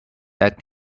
that